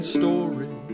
story